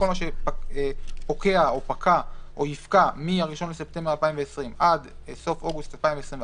כל מה שפוקע או פקע או יפקע מה-1 בספטמבר 2020 עד סוף אוגוסט 2021,